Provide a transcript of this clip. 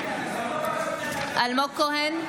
נגד אלמוג כהן,